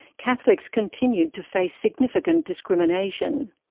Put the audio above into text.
catholics continued to face significant discrimination.